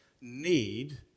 need